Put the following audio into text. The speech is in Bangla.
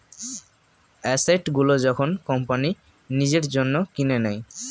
অ্যাসেট গুলো যখন কোম্পানি নিজের জন্য কিনে নেয়